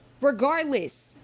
regardless